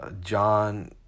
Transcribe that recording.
John